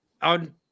On